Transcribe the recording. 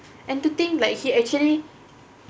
entertain like he actually